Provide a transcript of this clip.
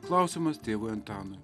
klausimas tėvui antanui